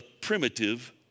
primitive